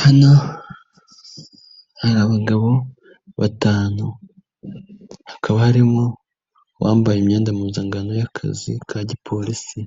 Hano hari abagabo batanu, hakaba harimo uwambaye imyenda mu nzangano y'akazi ka gipolisi,